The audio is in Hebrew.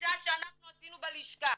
בממוצע שאנחנו עשינו בלשכה.